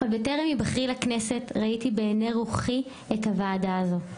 עוד בטרם היבחרי לכנסת ראיתי בעיני רוחי את הוועדה הזו.